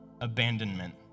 abandonment